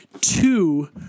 two